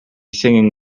singing